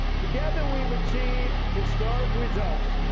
together we've achieved historic results,